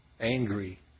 angry